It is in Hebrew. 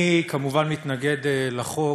אני כמובן מתנגד לחוק,